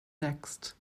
next